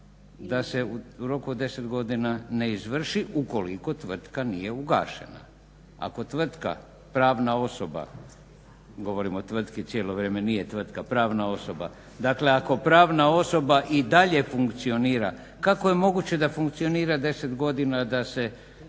da se u roku od 10 godina ne izvrši ukoliko tvrtka nije ugašena. Ako tvrtka, pravna osoba, govorim o tvrtki cijelo vrijeme, nije tvrtka pravna osoba, dakle ako pravna osoba i dalje funkcionira kako je moguće da funkcionira 10 godina da se